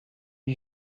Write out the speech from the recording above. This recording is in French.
lui